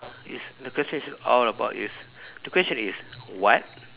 is the question is all about is the question is what